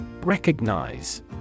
Recognize